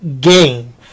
Game